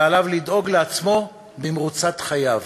ועליו לדאוג לעצמו במרוצת חייו.